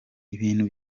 ibintu